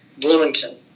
Bloomington